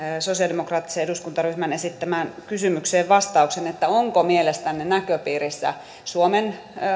sosialidemokraattisen eduskuntaryhmän esittämään kysymykseen vastauksen onko mielestänne näköpiirissä suomen